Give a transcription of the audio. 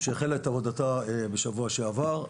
שהחלה את עבודתה בשבוע שעבר,